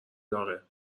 داغه